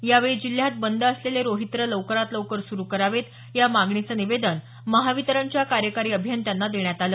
यावेळी जिल्ह्यात बंद असलेले रोहित्र लवकरात लवकर सुरू करावेत या मागणीचं निवेदन महावितरणच्या कार्यकारी अभियंत्यांना देण्यात आलं